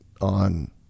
on